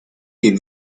qu’il